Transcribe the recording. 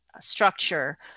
structure